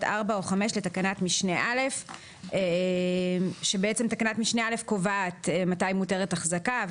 (4) או (5) לתקנת משנה (א)." תקנת משנה (א) קובעת מתי מותרת החזקה,